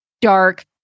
dark